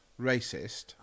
racist